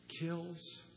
kills